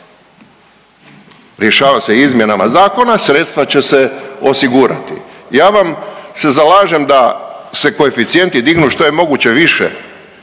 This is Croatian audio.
Rješava se izmjenama zakona, sredstva će se osigurati. Ja vam se zalažem da se koeficijenti dignu što je moguće više,